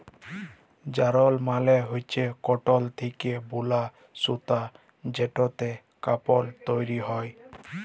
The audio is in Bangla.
যারল মালে হচ্যে কটল থ্যাকে বুলা সুতা যেটতে কাপল তৈরি হ্যয়